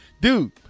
Dude